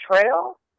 trail